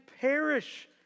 perish